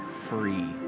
free